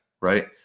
right